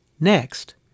Next